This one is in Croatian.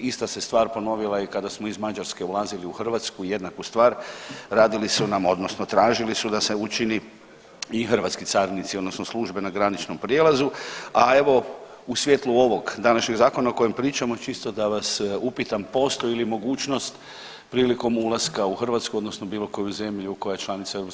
Ista se stvar ponovila i kada smo iz Mađarske ulazili u Hrvatsku jednaku stvar radili su nam odnosno tražili su da se učini i hrvatski carinici odnosno službe na graničnom prijelazu, a evo u svijetlu ovog današnjeg zakona o kojem pričamo čisto da vas upitam postoji li mogućnost prilikom ulaska u Hrvatsku odnosno bilo koju zemlju koja je članica EU